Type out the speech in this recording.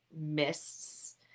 mists